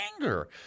anger